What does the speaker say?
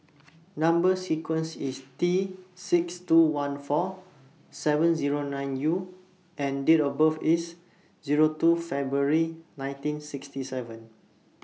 Number sequence IS T six two one four seven Zero nine U and Date of birth IS Zero two February nineteen sixty seven